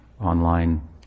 online